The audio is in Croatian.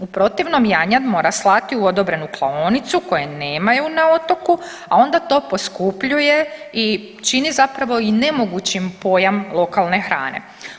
U protivnom janjad mora slati u odobrenu klaonicu koje nemaju na otoku, a onda to poskupljuje i čini zapravo i nemogućim pojam lokalne hrane.